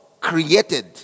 created